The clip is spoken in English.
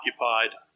occupied